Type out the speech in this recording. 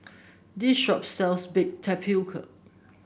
this shop sells Baked Tapioca